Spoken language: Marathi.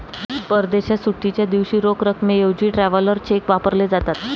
परदेशात सुट्टीच्या दिवशी रोख रकमेऐवजी ट्रॅव्हलर चेक वापरले जातात